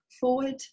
forward